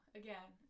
again